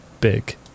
big